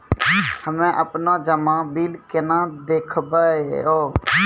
हम्मे आपनौ जमा बिल केना देखबैओ?